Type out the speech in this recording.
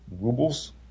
Rubles